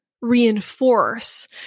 reinforce